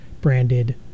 branded